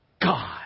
God